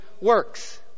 works